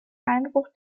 einbruch